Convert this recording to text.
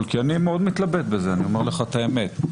כי אני מאוד מתלבט ואני אומר לך את האמת.